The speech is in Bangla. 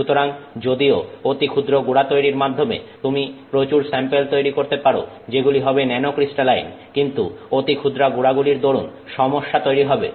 সুতরাং যদিও অতি ক্ষুদ্র গুড়া তৈরীর মাধ্যমে তুমি প্রচুর স্যাম্পেল তৈরি করতে পারো যেগুলি হবে ন্যানোক্রিস্টালাইন কিন্তু অতি ক্ষুদ্র গুড়াগুলির দরুণ সমস্যা তৈরি হবে